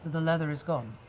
the leather is gone?